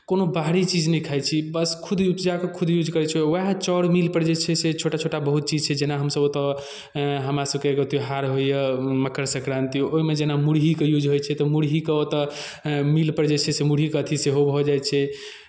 कोनो बाहरी चीज नहि खाइ छी बस खुद उपजा कऽ खुद यूज करै छी उएह चाउर मिलपर जे छै से छोटा छोटा बहुत चीज छै जेना हमसभ ओतय हमरासभके एगो त्यौहार होइए मकर सक्रांति ओहिमे जेना मुरहीके यूज होइ छै तऽ मुरहीके ओतय मिलपर जे छै से मुरहीके अथी सेहो भऽ जाइत छै